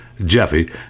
Jeffy